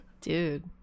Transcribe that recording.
Dude